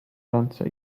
ręce